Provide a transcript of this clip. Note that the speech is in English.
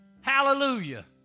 Hallelujah